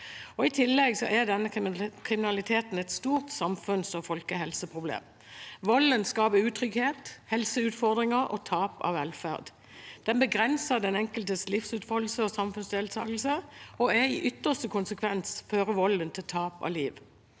I tillegg er denne kriminaliteten et stort samfunnsog folkehelseproblem. Volden skaper utrygghet, helseutfordringer og tap av velferd. Den begrenser den enkeltes livsutfoldelse og samfunnsdeltakelse, og i ytterste